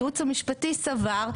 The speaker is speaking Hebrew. הייעוץ המשפטי סבר,